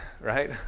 right